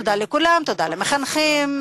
תודה לכולם, תודה למחנכים